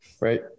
Right